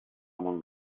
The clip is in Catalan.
mont